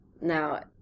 Now